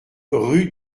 rue